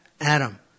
Adam